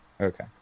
Okay